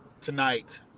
tonight